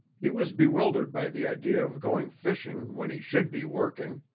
he was bewildered by the idea of going fishing when he should be working.